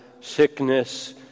sickness